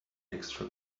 extra